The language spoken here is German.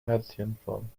herzchenform